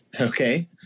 Okay